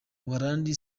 buholandi